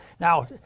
Now